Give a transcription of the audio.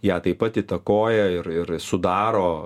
ją taip pat įtakoja ir ir sudaro